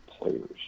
players